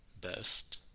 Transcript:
best